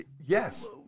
Yes